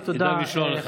תודה רבה.